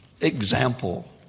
example